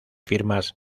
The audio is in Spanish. firmas